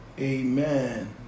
Amen